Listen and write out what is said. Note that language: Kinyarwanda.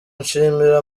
nshimira